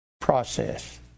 process